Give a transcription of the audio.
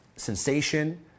sensation